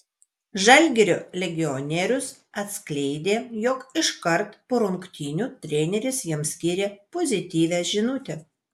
žalgirio legionierius atskleidė jog iškart po rungtynių treneris jam skyrė pozityvią žinutę